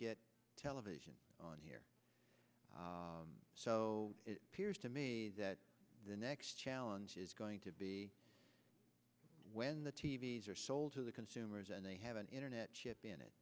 get television on here so it appears to me that the next challenge is going to be when the t v s are sold to the consumers and they have an internet chip in it